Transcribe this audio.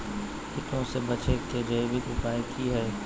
कीटों से बचे के जैविक उपाय की हैय?